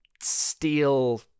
steal